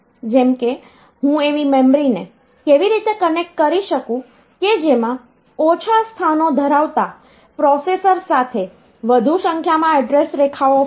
જેમ કે હું એવી મેમરીને કેવી રીતે કનેક્ટ કરી શકું કે જેમાં ઓછા સ્થાનો ધરાવતા પ્રોસેસર સાથે વધુ સંખ્યામાં એડ્રેસ રેખાઓ હોય